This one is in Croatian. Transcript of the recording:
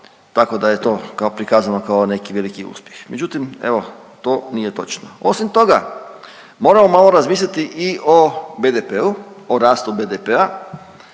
tako da je to kao prikazano kao neki veliki uspjeh, međutim evo to nije točno. Osim toga moramo malo razmisliti i o BDP-u, o rastu BDP-a